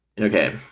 Okay